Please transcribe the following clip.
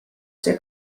see